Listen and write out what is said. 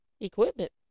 equipment